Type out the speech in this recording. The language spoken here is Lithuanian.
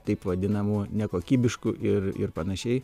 taip vadinamų nekokybiškų ir ir panašiai